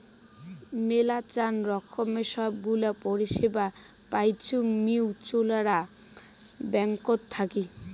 মেলাচান রকমের সব গুলা পরিষেবা পাইচুঙ মিউচ্যুয়াল ব্যাঙ্কত থাকি